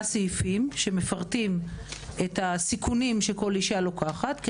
סעיפים שמפרטים את הסיכונים שכל אישה לוקחת.